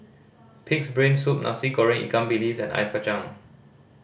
Pig's Brain Soup Nasi Goreng ikan bilis and ice kacang